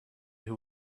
who